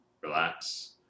relax